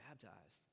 baptized